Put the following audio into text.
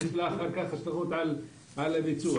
וזה משפיע על הביצוע.